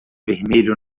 vermelho